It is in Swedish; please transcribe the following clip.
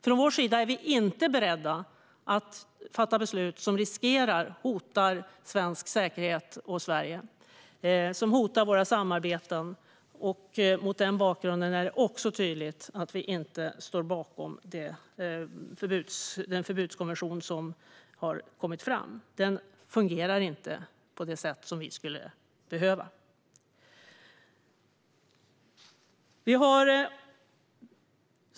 Från vår sida är vi inte beredda att fatta beslut som riskerar och hotar svensk säkerhet, våra samarbeten och Sverige. Mot den bakgrunden är det också tydligt att vi inte står bakom den förbudskonvention som har kommit fram. Den fungerar inte på det sätt som vi skulle behöva.